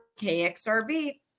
KXRB